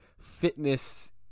fitness